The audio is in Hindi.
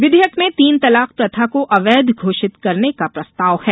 विधेयक में तीन तलाक प्रथा को अवैध घोषित करने का प्रस्ताव है